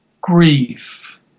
grief